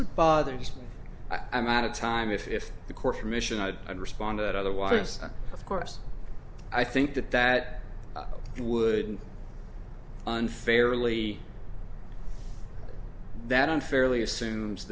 what bothers me i'm out of time if the court commission i had responded otherwise of course i think that that would unfairly that unfairly assumes